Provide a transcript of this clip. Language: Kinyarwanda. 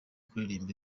kuririmbira